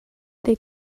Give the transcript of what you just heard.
they